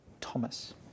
Thomas